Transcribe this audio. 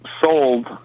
sold